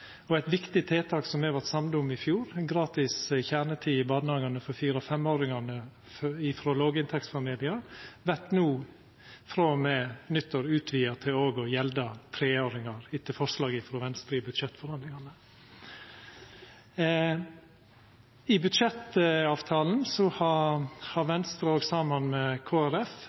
Eit viktig tiltak som me vart samde om i fjor – gratis kjernetid i barnehagen for fire- og femåringar frå låginntektsfamiliar – vert no frå og med nyttår utvida til å gjelda treåringar òg, etter forslag frå Venstre i budsjettforhandlingane. I budsjettavtalen har Venstre saman med